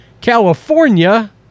California